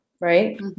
right